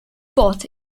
bought